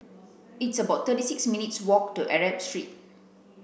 it's about thirty six minutes' walk to Arab Street